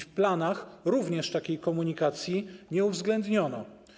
W planach również takiej komunikacji nie uwzględniono.